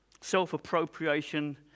Self-appropriation